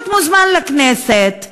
להיות מוזמן לכנסת,